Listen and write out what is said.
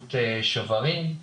באמצעות שוברים.